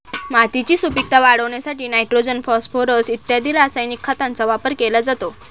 मातीची सुपीकता वाढवण्यासाठी नायट्रोजन, फॉस्फोरस इत्यादी रासायनिक खतांचा वापर केला जातो